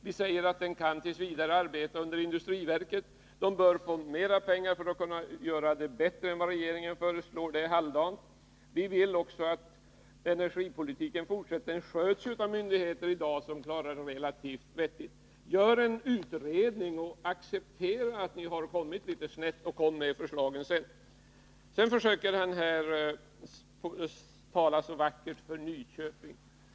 Vi uttalar att den t. v. kan arbeta under industriverket och att den kan få mera pengar till förfogande för att göra det bättre än vad regeringen föreslår — det är halvdant. Vi vill också att energipolitiken i fortsättningen sköts av de myndigheter som i dag klarar den relativt vettigt. Acceptera att ni har kommit litet snett, genomför en utredning och lägg sedan fram förslag! Sedan försöker Ivar Franzén här tala vackert för Nyköping.